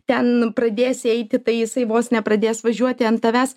ten pradėsi eiti tai jisai vos ne pradės važiuoti ant tavęs